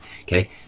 Okay